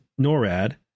NORAD